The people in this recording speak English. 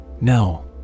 No